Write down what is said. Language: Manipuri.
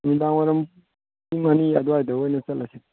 ꯅꯨꯡꯗꯥꯡ ꯋꯥꯏꯔꯝ ꯄꯨꯡ ꯑꯅꯤ ꯑꯗꯨꯋꯥꯏꯗ ꯑꯣꯏꯅ ꯆꯠꯂꯁꯤ